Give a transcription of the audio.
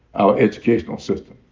our educational system,